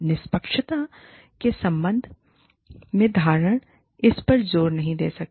निष्पक्षता के संबंध में धारणा इस पर जोर नहीं दे सकते